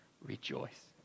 Rejoice